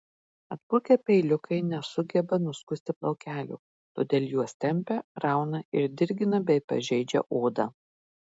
atbukę peiliukai nesugeba nuskusti plaukelių todėl juos tempia rauna ir dirgina bei pažeidžia odą